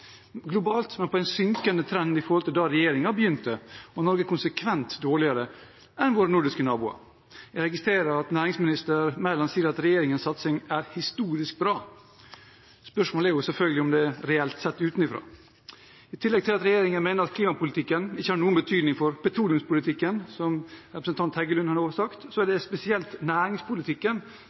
på en synkende trend i forhold til da regjeringen begynte, og Norge er konsekvent dårligere enn våre nordiske naboer. Jeg registrerer at næringsminister Mæland sier at regjeringens satsing er historisk bra. Spørsmålet er selvfølgelig om det er reelt, sett utenfra. I tillegg til at regjeringen mener at klimapolitikken ikke har noen betydning for petroleumspolitikken, som representanten Heggelund har sagt, er det spesielt